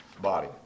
body